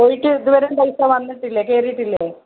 പോയിട്ട് ഇത് വരെയും പൈസ വന്നിട്ടില്ലേ കയറിയിട്ടില്ലേ